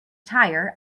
tire